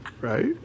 Right